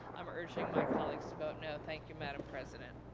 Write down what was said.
i'm urging my colleagues to vote no. thank you, madam president.